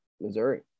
Missouri